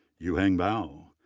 yuheng bao,